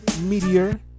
meteor